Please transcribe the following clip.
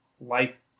life